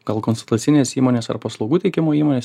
gal konsultacinės įmonės ar paslaugų teikimo įmonės